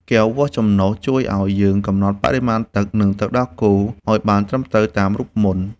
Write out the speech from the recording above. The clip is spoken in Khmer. កែវវាស់ចំណុះ ជួយឱ្យយើងកំណត់បរិមាណទឹក និងទឹកដោះគោឱ្យបានត្រឹមត្រូវតាមរូបមន្ត។